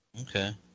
Okay